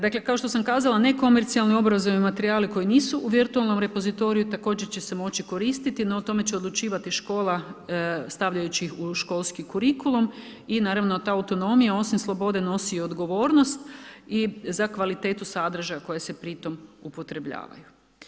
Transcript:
Dakle kao što sam kazala nekomercijalni obrazovni materijali koji nisu u virtualnom repozitoriju također se moći koristiti, no o tome će odlučivati škola stavljajući ih u školski kurikulum i naravno ta autonomija osim slobode nosi i odgovornost i za kvalitetu sadržaja koja se pri tom upotrebljavaju.